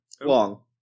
long